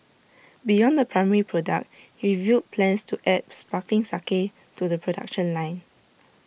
beyond the primary product he revealed plans to add sparkling sake to the production line